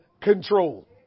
control